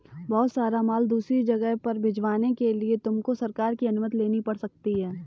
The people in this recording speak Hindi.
बहुत सारा माल दूसरी जगह पर भिजवाने के लिए तुमको सरकार की अनुमति लेनी पड़ सकती है